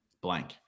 blank